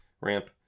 ramp